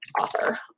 author